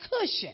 cushion